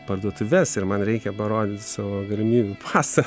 parduotuves ir man reikia parodyt savo galimybių pasą